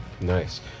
Nice